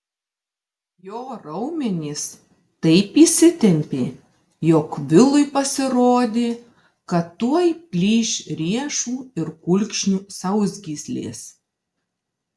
jo raumenys taip įsitempė jog vilui pasirodė kad tuoj plyš riešų ir kulkšnių sausgyslės